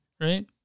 right